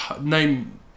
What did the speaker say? name